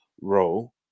role